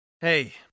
hey